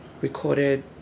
Recorded